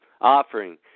offering